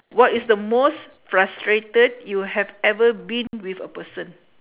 what is the most frustrated you have ever been with a person